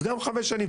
אז גם חמש שנים,